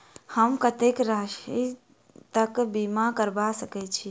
हम कत्तेक राशि तकक बीमा करबा सकै छी?